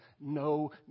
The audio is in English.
No